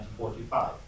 1945